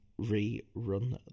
rerun